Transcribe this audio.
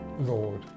Lord